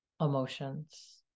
Emotions